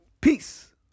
peace